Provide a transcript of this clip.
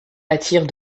attire